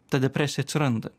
ta depresija atsiranda